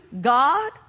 God